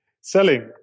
Selling